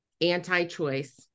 anti-choice